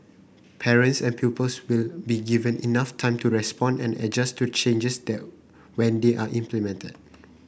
parents and pupils will be given enough time to respond and adjust to changes that when they are implemented